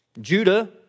Judah